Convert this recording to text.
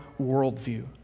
worldview